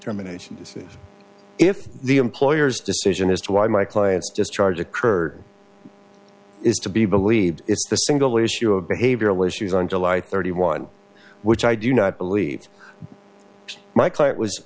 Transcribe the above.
determination to see if the employers decision as to why my client's just charge occurred is to be believed it's the single issue of behavioral issues on july thirty one which i do not believe my